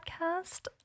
podcast